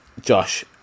Josh